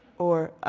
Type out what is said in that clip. or